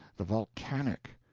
the volcanic.